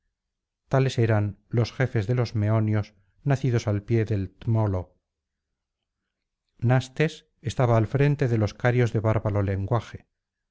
tales eran los jefes de los meonios nacidos al pie del tmolo ates estaba al frente de los carios de bárbaro lenguaje